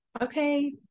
Okay